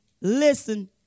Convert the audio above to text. listen